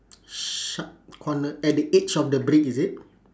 sharp corner at the edge of the brick is it